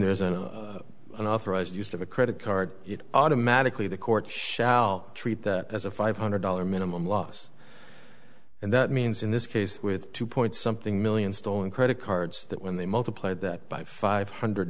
there's an unauthorized use of a credit card automatically the court shall treat that as a five hundred dollar minimum loss and that means in this case with two point something million stolen credit cards that when they multiply that by five hundred